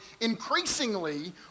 increasingly